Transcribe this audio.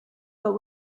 but